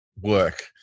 work